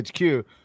HQ